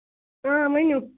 آ ؤنِو